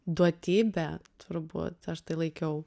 duotybe turbūt aš tai laikiau